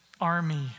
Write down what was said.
army